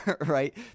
right